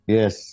Yes